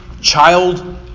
child